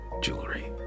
jewelry